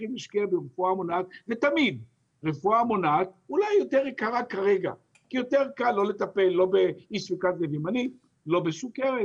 רפואה מונעת אולי יותר יקרה כרגע כי יותר קל לא לטפל במחלות שונות,